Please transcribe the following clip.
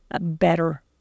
better